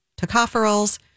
tocopherols